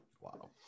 Wow